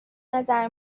نظر